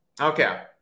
Okay